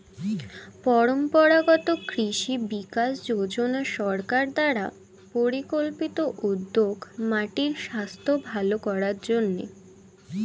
পরম্পরাগত কৃষি বিকাশ যোজনা সরকার দ্বারা পরিকল্পিত উদ্যোগ মাটির স্বাস্থ্য ভাল করার জন্যে